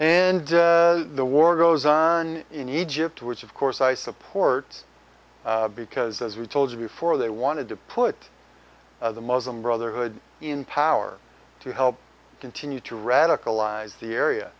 and the war goes on in egypt which of course i support because as we told you before they wanted to put the muslim brotherhood in power to help continue to radicalize the area